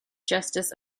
justice